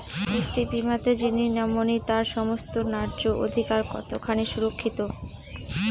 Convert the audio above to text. একটি বীমাতে যিনি নমিনি তার সমস্ত ন্যায্য অধিকার কতখানি সুরক্ষিত?